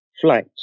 flight